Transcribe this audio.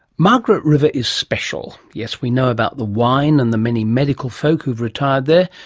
margaret river is special. yes, we know about the wine and the many medical folk who've retired there,